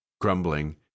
Grumbling